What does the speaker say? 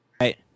Right